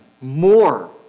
more